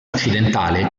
occidentale